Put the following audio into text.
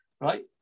right